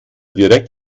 direkt